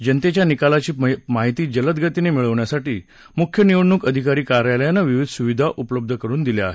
जनतेला निकालाची माहिती जलदगतीनं मिळण्यासाठी मुख्य निवडणूक अधिकारी कार्यालयानं विविध सुविधा उपलब्ध करुन दिल्या आहेत